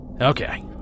Okay